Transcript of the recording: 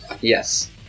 Yes